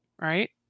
right